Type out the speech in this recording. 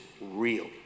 real